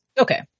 okay